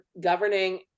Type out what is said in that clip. governing